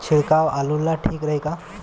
छिड़काव आलू ला ठीक रही का?